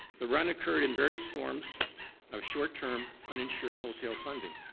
the run occurred in various forms of short-term, uninsured wholesale funding,